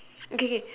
okay okay okay